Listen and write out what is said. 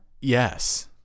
Yes